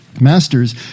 Masters